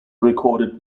recorded